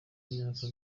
imyaka